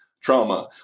trauma